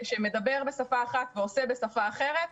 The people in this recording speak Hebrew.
שמדבר בשפה אחת ועושה בשפה אחרת.